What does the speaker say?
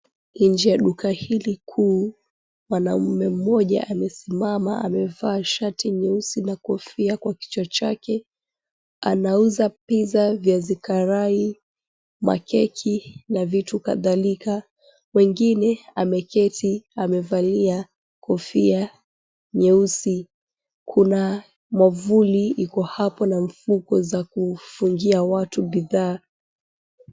Nje ya duka hili kuu mwanamume mmoja amesimama amevaa shati nyeusi na kofia kwa kichwa chake anauza pizza, viazi karai, makeki na vitu kadhalika mwingine ameketi amevalia kofia nyeusi. Kuna mwavuli iko hapo na mifuko za kufungia watu bidhaa.